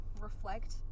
reflect